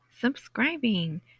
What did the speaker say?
subscribing